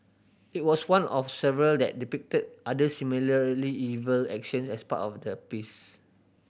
it was one of several that depicted other similarly evil actions as part of the piece